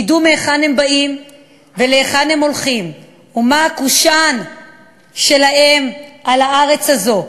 ידעו מהיכן הם באים ולהיכן הם הולכים ומה הקושאן שלהם על הארץ הזאת,